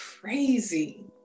crazy